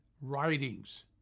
writings